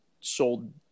sold